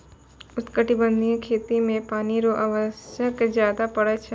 उष्णकटिबंधीय खेती मे पानी रो आवश्यकता ज्यादा पड़ै छै